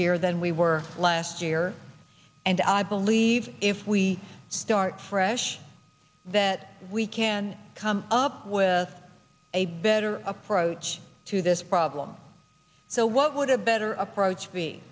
year than we were last year and i believe if we start fresh that we can come up with a better approach to this problem so what would a better approach